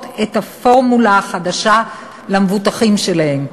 את הפורמולה החדשה למבוטחים שלהן.